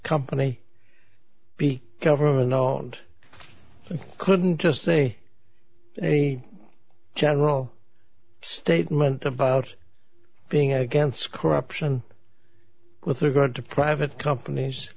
company be government on couldn't just say a general statement about being against corruption with regard to private companies